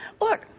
Look